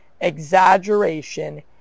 exaggeration